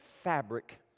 fabric